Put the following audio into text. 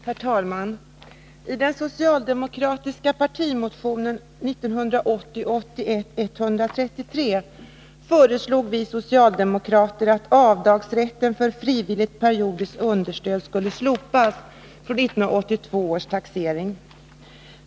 Herr talman! I den socialdemokratiska partimotionen 1980/81:133 föreslog vi socialdemokrater att avdragsrätten för frivilligt periodiskt understöd skulle slopas från 1982 års taxering.